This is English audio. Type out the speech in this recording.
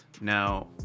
Now